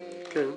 כן.